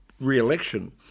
re-election